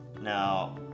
Now